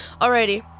Alrighty